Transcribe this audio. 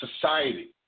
society